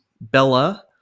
Bella